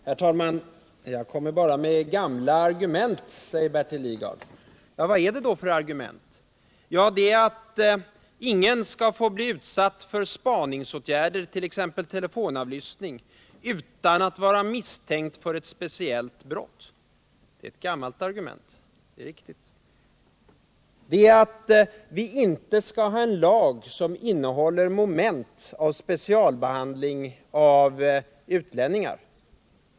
Herr talman! Jag kommer bara med gamla argument, säger Bertil Lidgard. Vad är det då för argument? Det är att ingen skall få bli utsatt för spaningsåtgärder, t.ex. telefonavlyssning, utan att vara misstänkt för ett speciellt brott. Det är att vi inte skall ha en lag som innehåller moment av specialbehandling av utlänningar.